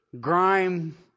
grime